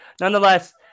nonetheless